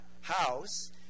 house